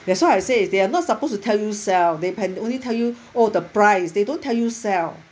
that's what I say they are not supposed to tell you sell they can only tell you oh the price they don't tell you sell